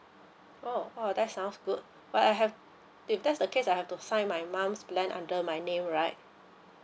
oh !wah! that sounds good but I have if that's the case I have to sign my mom's plan under my name right